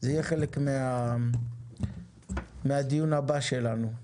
זה יהיה חלק מהדיון הבא שלנו.